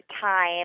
time